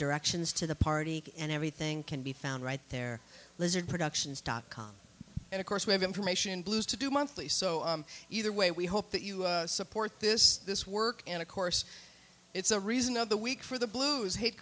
directions to the party and everything can be found right there lizard productions dot com and of course we have information blues to do monthly so either way we hope that you support this this work and of course it's a reason of the week for the blues hate